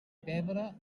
pebre